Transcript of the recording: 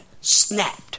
snapped